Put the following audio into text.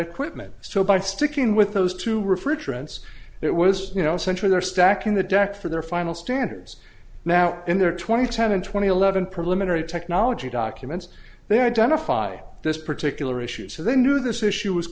equipment so by sticking with those two refrigerants it was you know central they're stacking the deck for their final standards now in their twenty ten and twenty eleven perimeter a technology documents they identify this particular issue so they knew this issue